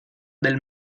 del